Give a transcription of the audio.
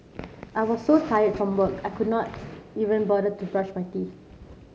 I was so tired from work I could not even bother to brush my teeth